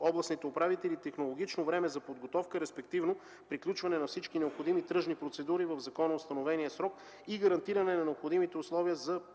областните управители технологично време за подготовка, респективно приключване на всички необходими тръжни процедури в законоустановения срок и гарантиране на необходимите условия за проектиране